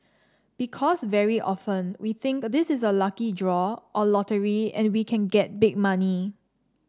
because very often we think this is a lucky draw or lottery and we can get big money